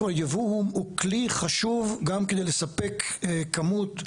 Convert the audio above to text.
ייבוא הוא כלי חשוב גם כדי לספק כמות,